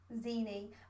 zini